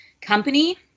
company